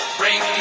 bring